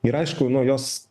ir aišku nu jos